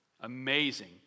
Amazing